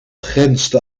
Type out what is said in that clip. grenst